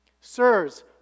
Sirs